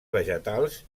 vegetals